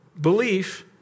belief